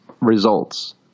results